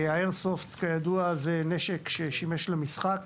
ה"איירסופט", כידוע, הוא נשק ששימש למשחק,